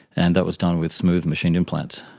and that was done with smooth machined implants,